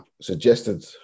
suggested